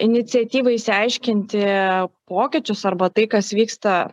iniciatyva išsiaiškinti pokyčius arba tai kas vyksta